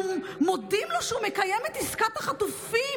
אנחנו מודים לו שהוא מקיים את עסקת החטופים